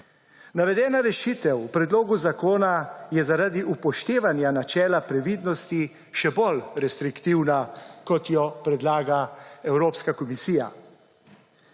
Navedena rešitev v predlogu zakona je zaradi upoštevanja načela previdnosti še bolj restriktivna kot jo predlaga Evropska komisija.